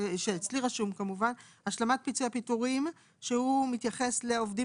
שרשום אצלי הוא השלמת פיצויי פיטורים שהוא מתייחס לעובדים